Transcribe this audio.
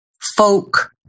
folk